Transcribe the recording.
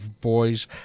boys